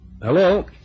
Hello